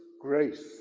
grace